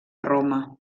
roma